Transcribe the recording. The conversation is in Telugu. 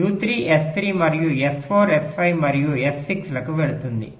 U3 S3 మరియు S4 S5 మరియు S6 లకు వెళుతుంది